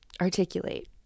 articulate